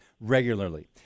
regularly